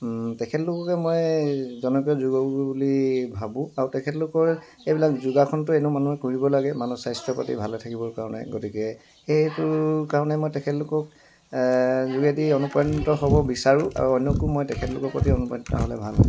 তেখেতলোককে মই জনপ্ৰিয় যোগগুৰু বুলি ভাবোঁ আৰু তেখেতলোকৰ এইবিলাক যোগাসনটো এনেও মানুহে কৰিব লাগে মানুহে স্বাস্থ্যৰ প্ৰতি ভালে থাকিবৰ কাৰণে গতিকে সেইটো কাৰণে মই তেখেতলোকক যোগেদি অনুপ্ৰাণিত হ'ব বিচাৰোঁ আৰু অন্যকো মই তেখেতলোকৰ প্ৰতি অনুপ্ৰাণিত হ'লে ভাল হয়